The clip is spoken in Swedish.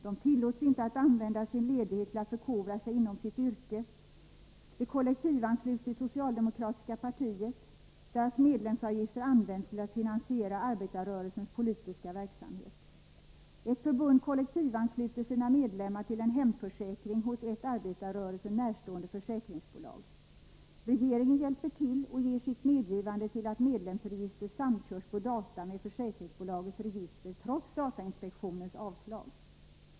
De tillåts inte att använda sin ledighet till att förkovra sig inom sitt yrke, de kollektivansluts till det socialdemokratiska partiet, deras medlemsavgifter används till att finansiera arbetarrörelsens politiska verksamhet. Ett förbund kollektivansluter sina medlemmar till en hemförsäkring hos ett arbetarrörelsen närstående försäkringsbolag. Regeringen hjälper till och ger sitt medgivande till att medlemsregister samkörs på data med försäkringsbolagets register trots datainspektionens avslag.